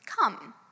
Come